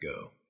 go